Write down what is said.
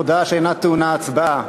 הודעה שאינה טעונה הצבעה.